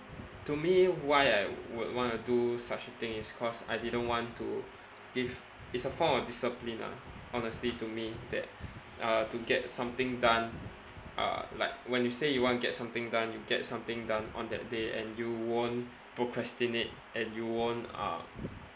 to me why I would want to do such a thing is cause I didn't want to give it's a form of discipline lah honestly to me that uh to get something done uh like when you say you want get something done you get something done on that day and you won't procrastinate and you won't uh